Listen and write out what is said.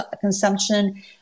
consumption